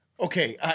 Okay